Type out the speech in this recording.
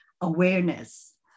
awareness